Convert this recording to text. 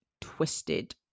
twisted